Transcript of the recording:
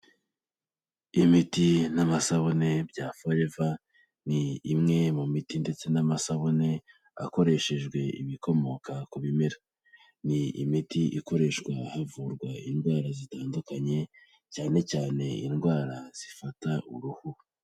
Imiti n'amasabune bya foreva ni imwe mu miti ndetse n'amasabune akoreshejwe ibikomoka ku bimera, ni imiti ikoreshwa havurwa indwara zitandukanye cyane cyane indwara zifata uruhu.